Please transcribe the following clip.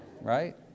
right